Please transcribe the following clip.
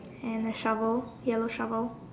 and a shovel yellow shovel